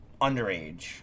underage